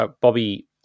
bobby